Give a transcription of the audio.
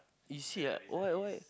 you see ah why why